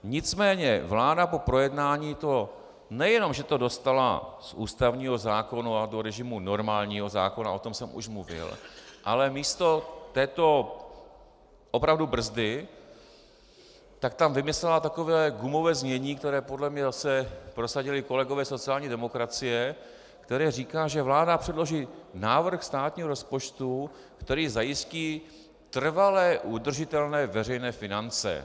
Nicméně vláda po projednání nejenom že to dostala z ústavního zákona do režimu normálního zákona, o tom jsem už mluvil, ale místo této opravdu brzdy tam vymyslela takové gumové znění, které podle mě prosadili kolegové ze sociální demokracie, které říká, že vláda předloží návrh státního rozpočtu, který zajistí trvale udržitelné veřejné finance.